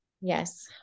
yes